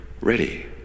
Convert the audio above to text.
ready